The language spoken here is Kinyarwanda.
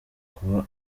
kuba